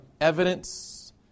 evidence